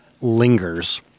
lingers